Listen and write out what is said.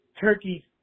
turkey